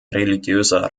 religiöser